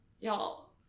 Y'all